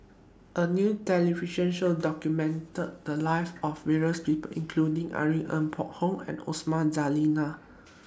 A New television Show documented The Lives of various People including Irene Ng Phek Hoong and Osman Zailani